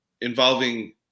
involving